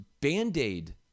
band-aid